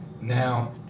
Now